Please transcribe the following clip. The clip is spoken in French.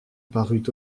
parut